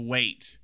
Wait